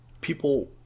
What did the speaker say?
people